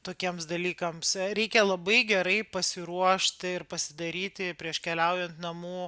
tokiems dalykams reikia labai gerai pasiruošti ir pasidaryti prieš keliaujant namų